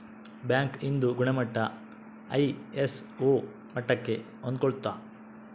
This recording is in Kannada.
ಬ್ಯಾಂಕ್ ಇಂದು ಗುಣಮಟ್ಟ ಐ.ಎಸ್.ಒ ಮಟ್ಟಕ್ಕೆ ಹೊಂದ್ಕೊಳ್ಳುತ್ತ